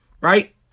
right